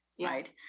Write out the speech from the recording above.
right